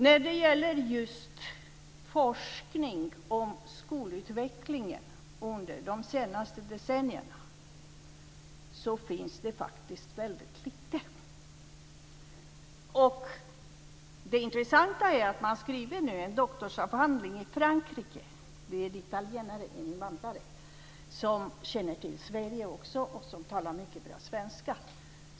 När det gäller just forskning om skolutvecklingen under de senaste decennierna finns det väldigt lite. Det intressanta är att det nu skrivs en doktorsavhandling i Frankrike av en italienare - en invandrare - som också känner till Sverige och som talar mycket bra svenska.